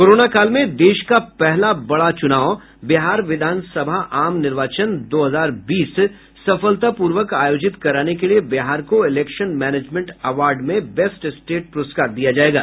corona काल में देश का पहला बड़ा चुनाव बिहार विधानसभा आम निर्वाचन दो हजार बीस सफलतापूर्वक आयोजित कराने के लिए बिहार को इलेक्शन मैनेजमेंट अवार्ड में बेस्ट स्टेट पुरस्कार दिया जायेगा